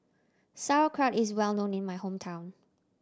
sauerkraut is well known in my hometown